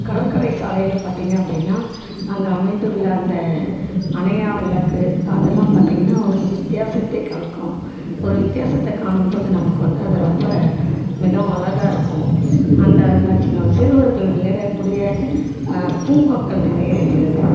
கடற்கரை சாலையில் பார்த்திங்க அப்படின்னா அங்கே அமைந்துள்ள அந்த அணையா விளக்கு அதெல்லாம் பார்த்திங்கனா ஒரு வித்யாசத்தை காக்கும் ஒரு வித்யாசத்தை காணும் போது நமக்கு வந்து அது ரொம்ப மிகவும் அழகா இருக்கும் அந்த அருங்காட்சியகம் சிறுவர்கள் விளையாடக்கூடிய பூங்காக்கள் நிறைய இருக்கிறது